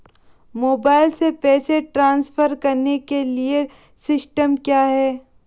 Mobile से पैसे transfer करने के लिए सिस्टम क्या है?